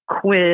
quiz